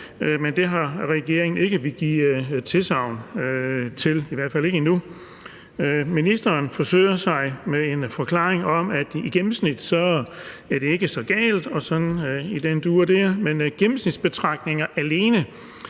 men det har regeringen ikke villet give tilsagn til, i hvert fald ikke endnu. Ministeren forsøger sig med en forklaring om, at det i gennemsnit ikke er så galt og i den dur, men gennemsnitsbetragtninger alene